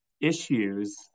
issues